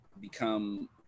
become